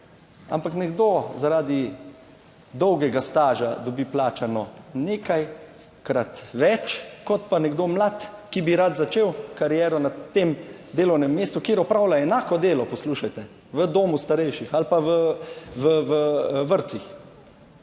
ampak nekdo zaradi dolgega staža dobi plačano nekajkrat več kot pa nekdo mlad, ki bi rad začel kariero na tem delovnem mestu, kjer opravlja enako delo, poslušajte, v domu starejših ali pa v vrtcih,